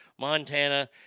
Montana